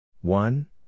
One